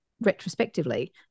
Retrospectively